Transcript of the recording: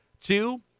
Two